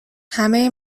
همه